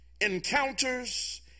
encounters